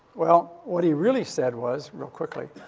well, what he really said was, real quickly,